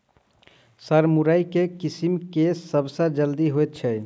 Sir मुरई केँ किसिम केँ सबसँ जल्दी होइ छै?